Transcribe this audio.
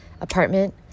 apartment